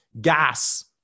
gas